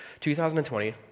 2020